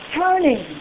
turning